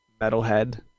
Metalhead